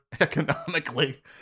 economically